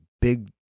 big